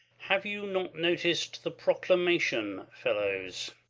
have you not noticed the proclamation, fellows?